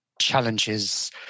challenges